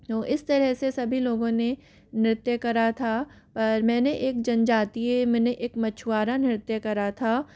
तो इस तरह से सभी लोगों ने नृत्य करा था पर मैंने एक जनजातीय मैंने एक मछुआरा नृत्य करा था